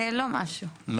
לא טוב.